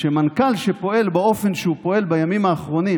מנכ"ל שפועל באופן שהוא פועל בימים האחרונים,